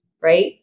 right